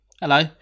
hello